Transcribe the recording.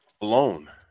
Alone